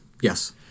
yes